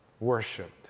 Worshipped